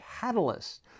catalyst